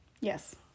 Yes